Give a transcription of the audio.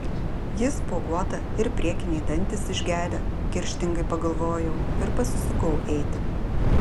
ji spuoguota ir priekiniai dantys išgedę kerštingai pagalvojau ir pasisukau eiti